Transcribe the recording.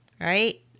Right